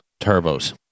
turbos